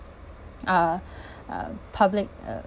uh um public uh